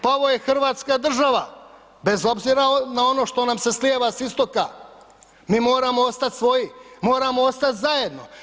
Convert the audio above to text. Pa ovo je Hrvatska država bez obzira na ono što nam se slijeva s istoka, mi moramo ostati svoji, moramo ostati zajedno.